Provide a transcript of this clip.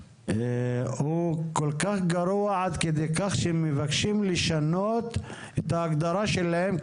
הוא כל כך גרוע עד כדי כך שהם מבקשים לשנות את ההגדרה שלהם,